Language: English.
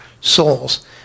souls